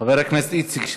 חבר הכנסת איציק שמולי,